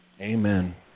Amen